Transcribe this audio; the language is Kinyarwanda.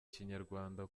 kinyarwanda